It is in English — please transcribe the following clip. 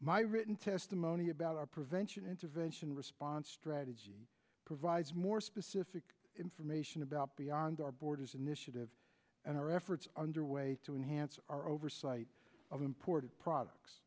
my written testimony about our prevention intervention response strategy provides more specific information about beyond our borders initiative and our efforts underway to enhance our oversight of imported products